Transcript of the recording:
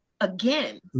again